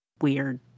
weird